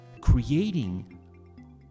creating